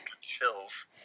chills